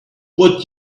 what